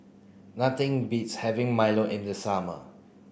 nothing beats having Milo in the summer